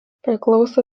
priklauso